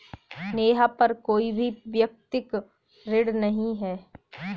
नेहा पर कोई भी व्यक्तिक ऋण नहीं है